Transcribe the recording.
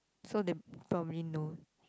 so they probably know